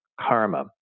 karma